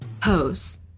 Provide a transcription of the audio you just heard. Pose